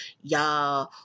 y'all